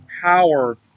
power